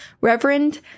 Reverend